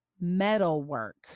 Metalwork